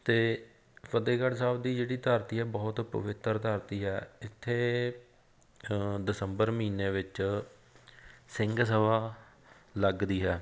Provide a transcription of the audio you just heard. ਅਤੇ ਫਤਿਹਗੜ੍ਹ ਸਾਹਿਬ ਦੀ ਜਿਹੜੀ ਧਰਤੀ ਹੈ ਬਹੁਤ ਪਵਿੱਤਰ ਧਰਤੀ ਹੈ ਇੱਥੇ ਦਸੰਬਰ ਮਹੀਨੇ ਵਿੱਚ ਸਿੰਘ ਸਭਾ ਲੱਗਦੀ ਹੈ